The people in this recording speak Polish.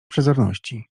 przezorności